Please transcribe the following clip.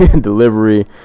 delivery